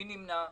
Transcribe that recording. מי נמנע?